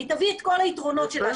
ותביא את כל היתרונות שלה,